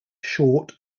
short